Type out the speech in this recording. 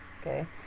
Okay